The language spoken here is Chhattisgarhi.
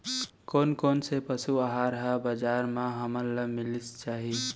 कोन कोन से पसु आहार ह बजार म हमन ल मिलिस जाही?